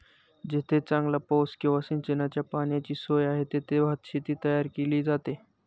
जेथे चांगला पाऊस किंवा सिंचनाच्या पाण्याची सोय आहे, तेथे भातशेती तयार केली जाते